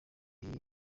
bari